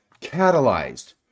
catalyzed